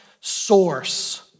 source